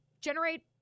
generate